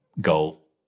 goal